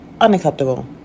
unacceptable